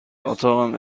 اتاقم